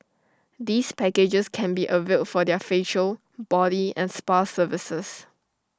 these packages can be availed for their facial body and spa services